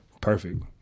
Perfect